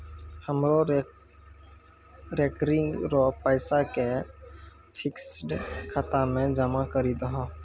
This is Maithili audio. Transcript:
हमरो रेकरिंग रो पैसा के फिक्स्ड खाता मे जमा करी दहो